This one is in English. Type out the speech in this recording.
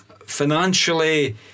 financially